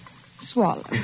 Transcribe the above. Swallow